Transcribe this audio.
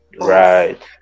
Right